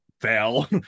fail